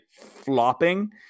flopping